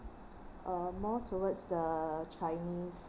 uh more towards the chinese